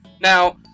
Now